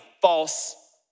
false